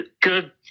good